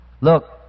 Look